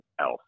else